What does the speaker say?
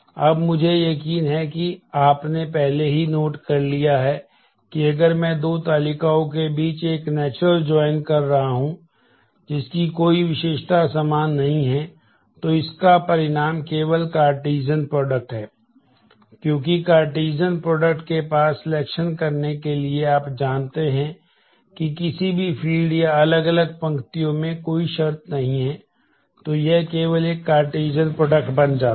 अब मुझे यकीन है कि आपने पहले ही नोट कर लिया है कि अगर मैं दो तालिकाओं के बीच एक नेचुरल जॉइन बन जाता है